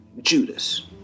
Judas